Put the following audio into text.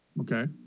Okay